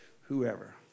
whoever